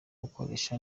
ukoresha